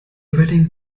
wedding